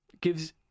gives